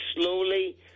slowly